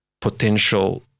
potential